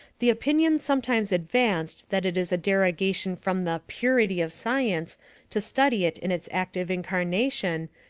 the opinion sometimes advanced that it is a derogation from the purity of science to study it in its active incarnation,